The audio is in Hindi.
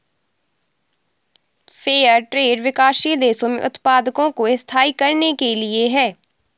फेयर ट्रेड विकासशील देशों में उत्पादकों को स्थायी करने के लिए है